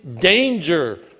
danger